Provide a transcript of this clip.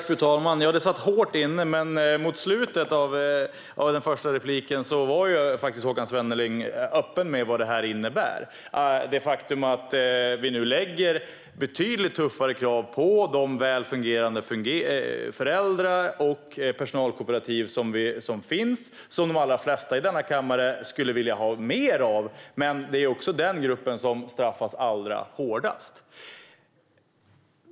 Fru talman! Det satt hårt inne, men mot slutet av repliken var Håkan Svenneling öppen med vad detta innebär. Vi ställer nu betydligt tuffare krav på de väl fungerande föräldra och personalkooperativ som finns och som de flesta här i kammaren skulle vilja ha fler av, men det här är också den grupp som straffas allra hårdast.